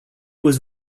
was